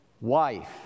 wife